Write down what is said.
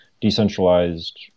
decentralized